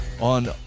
on